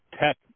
tech